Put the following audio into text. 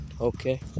Okay